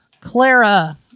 Clara